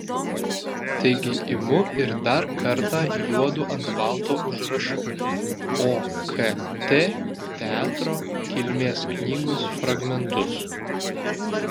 taigi imu ir dar kartą juodu ant balto užrašau okt teatro kilmės knygos fragmentus